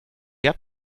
der